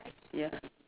ya